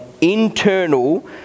internal